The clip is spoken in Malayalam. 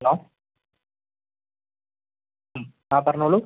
ഹലോ ആ പറഞ്ഞോളൂ